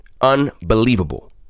Unbelievable